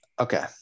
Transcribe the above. Okay